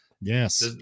Yes